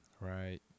Right